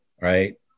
right